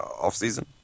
off-season